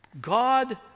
God